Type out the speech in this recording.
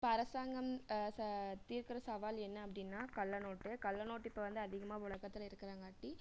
இப்போ அரசாங்கம் ச தீர்க்கிற சவால் என்ன அப்படின்னா கள்ளநோட்டு கள்ளநோட்டு இப்போ வந்து அதிகமாக உலகத்துல இருக்கிறங்காட்டி